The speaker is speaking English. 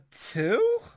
two